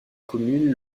communes